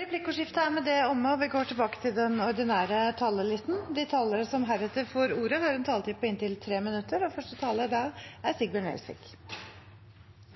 Replikkordskiftet er dermed omme. De talere som heretter får ordet, har en taletid på inntil 3 minutter. Det er smått utrolig å sitte og lytte til denne debatten, og jeg prøver å fange opp hva det er